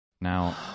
Now